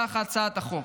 בנוסח הצעת החוק: